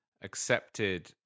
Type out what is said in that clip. accepted